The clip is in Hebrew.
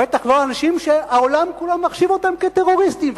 בטח לא אנשים שהעולם כולו מחשיב אותם כטרוריסטים.